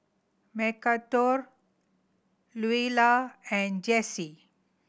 Mcarthur Luella and Jacey